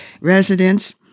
residents